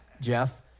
Jeff